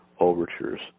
overtures